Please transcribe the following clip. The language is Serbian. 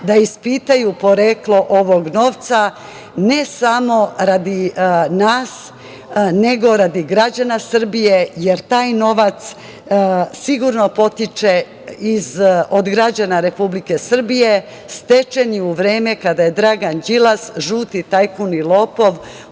da ispitaju poreklo ovog novca, ne samo radi nas, nego radi građana Srbije, jer taj novac sigurno potiče od građana Republike Srbije, stečen je u vreme kada je Dragan Đilas, žuti tajkun i lopov,